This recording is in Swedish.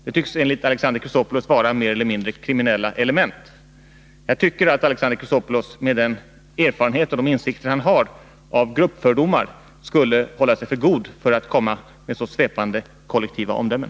De tycks enligt Alexander Chrisopoulos vara mer eller mindre kriminella element. Jag tycker att Alexander Chrisopoulos med sin erfarenhet och sina insikter om gruppfördomar skulle hålla sig för god för att komma med så svepande kollektiva omdömen.